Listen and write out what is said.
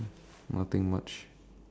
nothing much